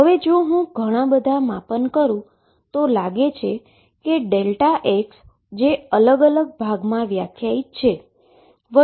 હવે જો હું ઘણાં બધાં માપન કરું છું તો લાગે છે કે x જે અલગ અલગ ભાગમાં વ્યાખ્યાયિત છે